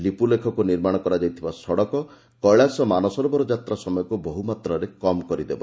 ଲିପୁଲେଖକୁ ନିର୍ମାଣ କରାଯାଇଥିବା ସଡ଼କ କେଳାଶ ମାନସରୋବର ଯାତା ସମୟକୁ ବହୁ ମାତ୍ରାରେ କମ୍ କରିଦେବ